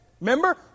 Remember